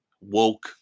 woke